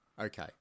Okay